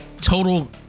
total